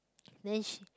then she